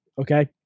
Okay